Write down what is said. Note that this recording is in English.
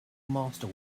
master